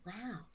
wow